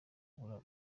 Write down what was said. yabura